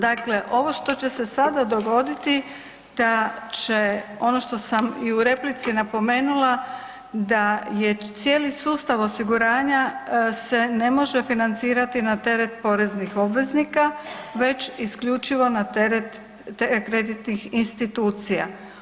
Dakle, ovo što će se sada dogoditi da će ono što sam i u replici napomenula da je cijeli sustav osiguranja se ne može financirati na teret poreznih obveznika već isključivo na teret kreditnih institucija.